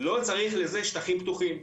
לא צריך שטחים פתוחים.